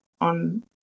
on